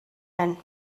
hyn